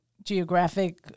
geographic